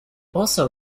also